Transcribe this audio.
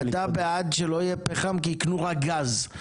אתה בעד שלא יהיה פחם כי יקנו רק גז,